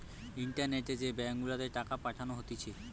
ইন্টারনেটে যে ব্যাঙ্ক গুলাতে টাকা পাঠানো হতিছে